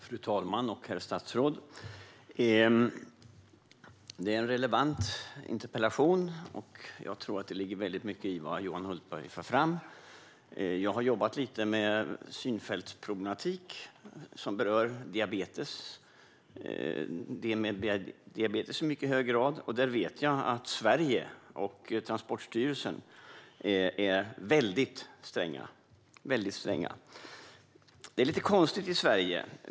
Fru talman! Herr statsråd! Det är en relevant interpellation som ställts. Jag tror att det ligger väldigt mycket i vad Johan Hultberg för fram. Jag har jobbat lite med synfältsproblematik, som berör diabetes i mycket hög grad. Där vet jag att Sverige och Transportstyrelsen är väldigt stränga. Det är lite konstigt i Sverige.